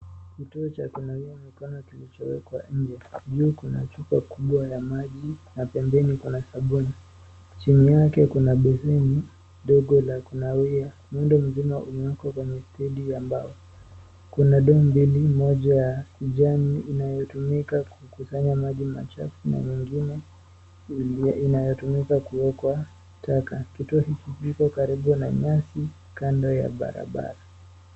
Kituo cha kunawia mikono kilichowekwa nje na juu kuna chupa kubwa ya maji na pembeni kuna sabuni .Chini yake kuna beseni ndogo ya kunawia. Muundo mzima umewekwa kwenye muundo mzima unewekwa kwenye stedi ya mbao. Kuna ndoo mbili, moja ya kijani inayotumika kukusanya maji machafu na nyingine inayotumika kuwekwa taka. Kituo hiki kiko karibu na nyasi kando ya barabara.